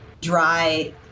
dry